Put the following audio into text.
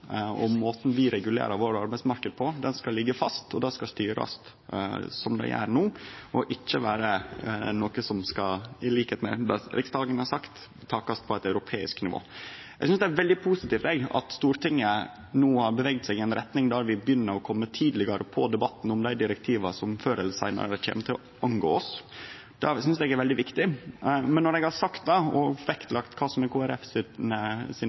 og måten vi regulerer arbeidsmarknaden vår på, skal liggje fast. Det skal styrast slik det blir gjort no, og ikkje vere noko som – til liks med det Riksdagen har sagt – takast på eit europeisk nivå. Eg synest det er veldig positivt at Stortinget no har bevega seg i ei retning der vi begynner å kome tidlegare i gang med debattane om dei direktiva som før eller seinare kjem til å vedkome oss. Det synest eg er veldig viktig. Men når eg har sagt det og vektlagt kva som er